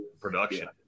production